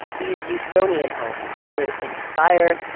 these usonian homes would inspire,